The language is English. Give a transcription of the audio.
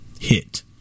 hit